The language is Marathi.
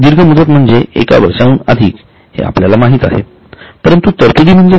दीर्घ मुदत म्हणजे एक वर्षाहून अधिक हे आपल्याला माहित आहे परंतु तरतुदी म्हणजे काय